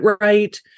right